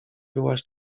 byłaś